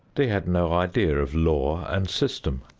they had no idea of law and system,